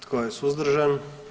Tko je suzdržan?